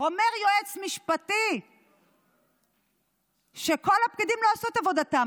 אומר יועץ משפטי שכל הפקידים לא עשו את עבודתם,